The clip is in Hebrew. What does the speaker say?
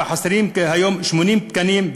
וחסרים היום כ-80 תקנים.